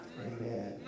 Amen